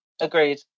Agreed